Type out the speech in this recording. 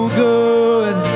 good